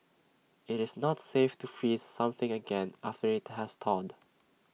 IT is not safe to freeze something again after IT has thawed